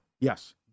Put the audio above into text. Yes